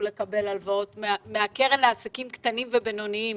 לקבל הלוואות מהקרן לעסקים קטנים ובינוניים.